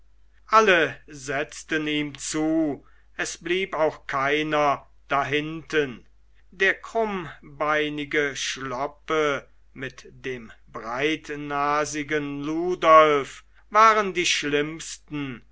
alle setzten ihm zu es blieb auch keiner dahinten der krummbeinige schloppe mit dem breitnasigen ludolf waren die schlimmsten